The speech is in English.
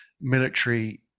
military